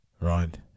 right